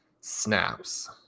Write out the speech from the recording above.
snaps